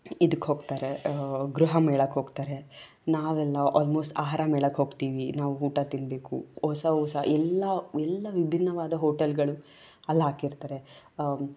ಇದಕ್ಕೆ ಹೋಗ್ತಾರೆ ಗೃಹ ಮೇಳಕ್ಕೋಗ್ತಾರೆ ನಾವೆಲ್ಲ ಆಲ್ಮೋಸ್ಟ್ ಆಹಾರ ಮೇಳಕ್ಕೆ ಹೋಗ್ತೀವಿ ನಾವು ಊಟ ತಿನ್ನಬೇಕು ಹೊಸ ಹೊಸ ಎಲ್ಲ ಎಲ್ಲ ವಿಭಿನ್ನವಾದ ಹೋಟಲ್ಗಳು ಅಲ್ಲಿ ಹಾಕಿರ್ತಾರೆ